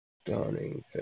Stunning